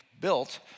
built